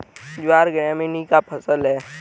ज्वार ग्रैमीनी का फसल है